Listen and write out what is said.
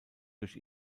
durch